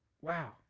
Wow